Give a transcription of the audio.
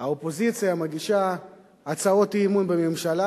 האופוזיציה מגישה הצעות אי-אמון בממשלה,